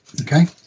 okay